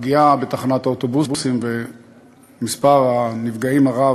הפגיעה בתחנת האוטובוסים, ומספר הנפגעים הרב,